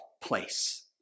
place